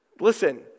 Listen